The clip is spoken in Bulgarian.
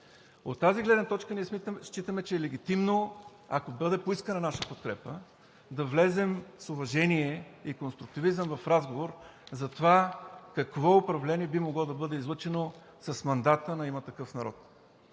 От тази гледна точка ние считаме, че е легитимно, ако бъде поискана наша подкрепа, да влезем с уважение и конструктивизъм в разговор за това какво управление би могло да бъде излъчено с мандата на „Има такъв народ“.